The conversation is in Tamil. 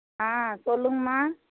ஆ சொல்லுங்கம்மா